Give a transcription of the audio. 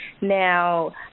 Now